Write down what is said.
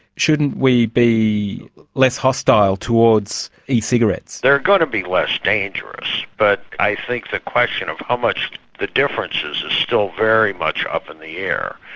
shouldn't we be less hostile towards e-cigarettes? they are going to be less dangerous, but i think the question of how much the difference is is still very much up in the air.